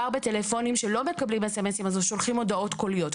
בטלפונים שלא מקבלים סמ"סים אז שולחים הודעות קוליות.